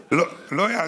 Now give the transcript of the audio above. לא יעזור.